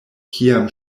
kiam